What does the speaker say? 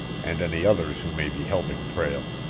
and any others who may be helping prale.